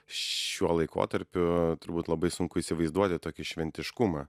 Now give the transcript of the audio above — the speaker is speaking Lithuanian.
šiuo laikotarpiu turbūt labai sunku įsivaizduoti tokį šventiškumą